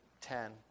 ten